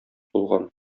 булган